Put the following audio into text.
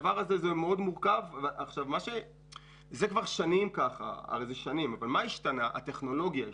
זה כבר שנים ככה, אבל הטכנולוגיה השתנתה.